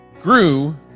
grew